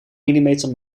millimeter